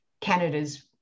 Canada's